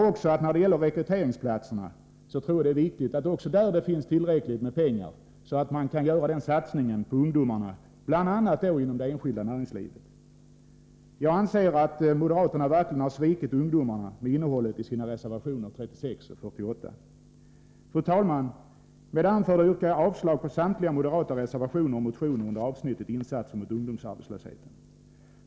Också när det gäller rekryteringsstöd är det viktigt att det finns tillräckligt med pengar, så att man kan göra en sådan satsning för ungdomarna, bl.a. inom det enskilda näringslivet. Jag menar att moderaterna verkligen har svikit ungdomarna med innehållet i sina reservationer 36 och 48. Fru talman! Med det anförda yrkar jag bifall till utskottets hemställan under avsnittet Åtgärder mot ungdomsarbetslösheten, vilket innebär avslag på samtliga moderata reservationer och motioner under detta avsnitt.